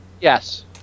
Yes